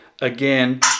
again